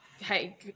Hey